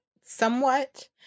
somewhat